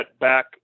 back